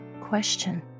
Question